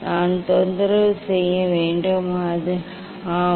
நான் தொந்தரவு செய்ய வேண்டும் ஆம்